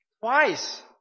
twice